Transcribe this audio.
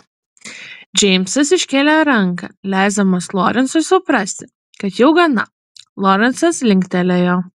džeimsas iškėlė ranką leisdamas lorencui suprasti kad jau gana lorencas linktelėjo